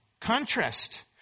contrast